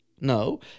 No